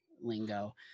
lingo